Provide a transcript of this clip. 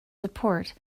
support